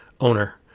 owner